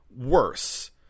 worse